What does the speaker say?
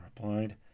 replied